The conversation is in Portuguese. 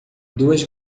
duas